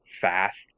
fast